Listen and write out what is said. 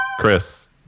Chris